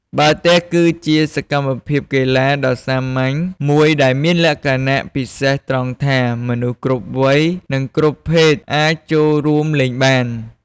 បាល់ទះគឺជាសកម្មភាពកីឡាដ៏សាមញ្ញមួយដែលមានលក្ខណៈពិសេសត្រង់ថា មនុស្សគ្រប់វ័យ និងគ្រប់ភេទអាចចូលរួមលេងបាន។